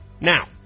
Now